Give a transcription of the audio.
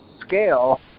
scale